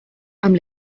amb